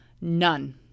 none